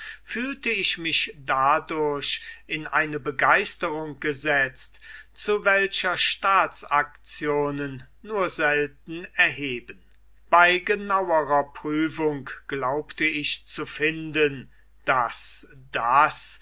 fühlte ich mich dadurch in eine begeisterung gesetzt zu welcher staatsaktionen nur selten erheben bei genauerer prüfung glaubte ich zu finden daß das